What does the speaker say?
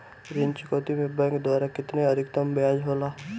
ऋण चुकौती में बैंक द्वारा केतना अधीक्तम ब्याज होला?